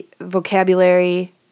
vocabulary